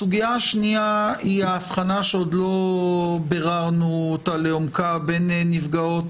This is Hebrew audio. הסוגיה השנייה היא ההבחנה שעוד לא ביררנו אותה לעומקה בין נפגעות